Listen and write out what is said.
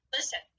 Listen